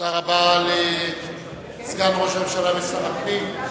תודה רבה לסגן ראש הממשלה ושר הפנים,